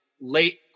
late